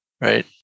Right